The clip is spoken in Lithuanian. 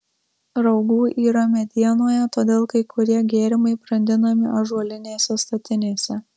raugų yra medienoje todėl kai kurie gėrimai brandinami ąžuolinėse statinėse